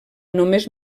només